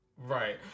Right